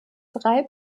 drei